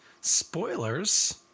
Spoilers